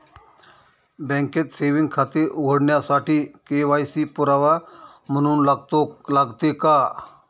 बँकेत सेविंग खाते उघडण्यासाठी के.वाय.सी पुरावा म्हणून लागते का?